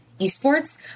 esports